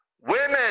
women